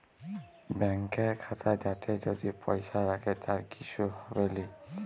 ব্যাংকের খাতা যাতে যদি পয়সা রাখে তার কিসু হবেলি